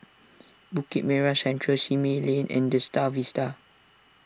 Bukit Merah Central Simei Lane and the Star Vista